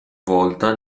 volta